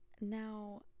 Now